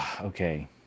Okay